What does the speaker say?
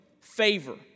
favor